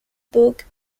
book